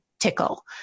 Tickle